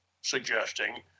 suggesting